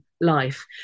life